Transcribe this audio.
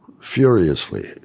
furiously